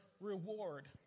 reward